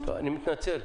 אני מתנצל.